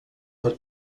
per